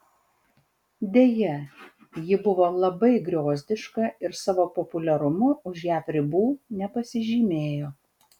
deja ji buvo labai griozdiška ir savo populiarumu už jav ribų nepasižymėjo